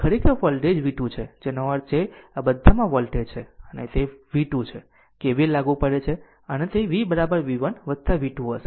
આ ખરેખર voltage v 2 છે જેનો અર્થ છે આ બધામાં આ વોલ્ટેજ છે અને આ તે v 2 છે તેથી જો KVL લાગુ પડે છે જેથી તે v v 1 વત્તા વી 2 હશે